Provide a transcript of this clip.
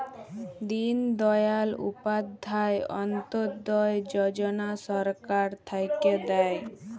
দিন দয়াল উপাধ্যায় অন্ত্যোদয় যজনা সরকার থাক্যে দেয়